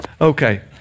Okay